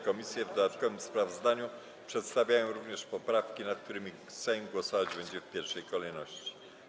Komisje w dodatkowym sprawozdaniu przedstawiają również poprawki, nad którymi Sejm głosować będzie w pierwszej kolejności.